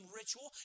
ritual